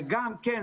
וגם כן,